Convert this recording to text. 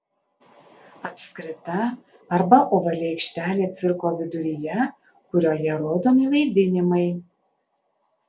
apskrita arba ovali aikštelė cirko viduryje kurioje rodomi vaidinimai